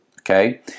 Okay